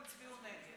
הם הצביעו נגד.